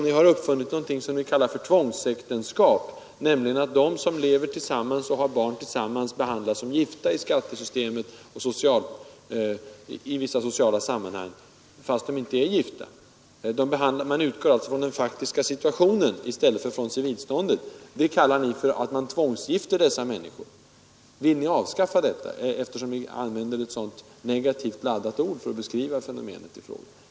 Ni har uppfunnit någonting som ni kallar för tvångsäktenskap, och med det avser ni det förhållandet att de som lever tillsammans och har barn tillsammans behandlas som gifta i skattesystemet och i vissa sociala sammanhang, trots att de inte är gifta. Att man alltså utgår från den faktiska situationen och inte från civilståndet, kallar ni för att man tvångsgifter människor. Min andra fråga är: Vill ni avskaffa detta, eftersom ni använder ett så negativt laddat ord för att beskriva fenomenet i fråga?